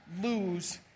lose